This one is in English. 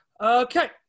Okay